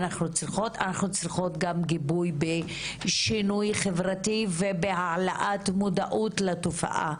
אנחנו צריכות גם גיבוי בשינוי חברתי ובהעלאת מודעות לתופעה.